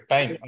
Time